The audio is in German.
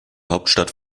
hauptstadt